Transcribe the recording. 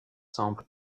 semble